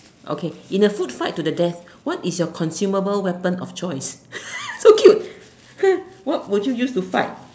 okay in a food fight to the death what is your consumable weapon of choice so cute what would you use to fight